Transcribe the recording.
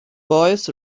boys